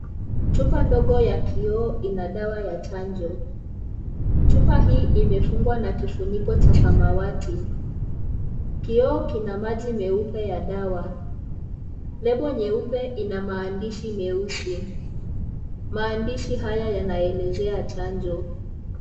Chupa ndogo ya kioo ina dawa ya chanjo, chupa hii imefungwa na kifuniko cha samawat. Kioo kina maji meupe ya dawa, lebo nyeupe ina maandishi meusi, maandishi haya yanaelezea chanjo.